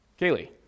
Kaylee